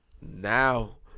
Now